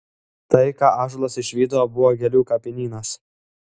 tai ką ąžuolas išvydo buvo gėlių kapinynas